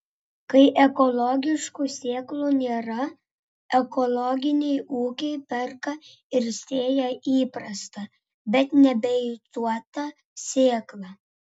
kai ekologiškų sėklų nėra ekologiniai ūkiai perka ir sėja įprastą bet nebeicuotą sėklą